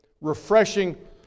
Refreshing